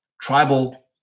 tribal